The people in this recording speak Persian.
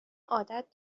عادت